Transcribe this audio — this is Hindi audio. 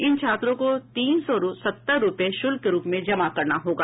इन छात्रों को तीन सौ सत्तर रूपये शुल्क के रूप में जमा करना होगा